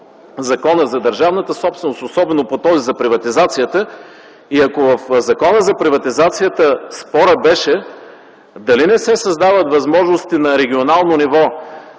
Закона за държавната собственост, особено за този по приватизацията, и ако в Закона за приватизацията спорът беше дали не се създават възможности на регионално ниво